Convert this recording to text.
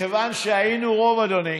מכיוון שהיינו רוב, אדוני,